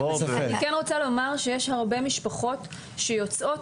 אני כן רוצה לומר שיש הרבה משפחות שיוצאות